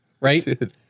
Right